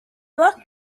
luck